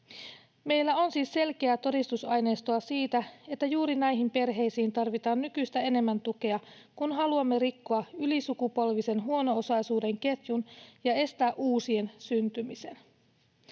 Meillä on siis selkeää todistusaineistoa siitä, että juuri näihin perheisiin tarvitaan nykyistä enemmän tukea, kun haluamme rikkoa ylisukupolvisen huono-osaisuuden ketjun ja estää uusien syntymisen.